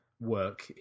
work